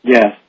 Yes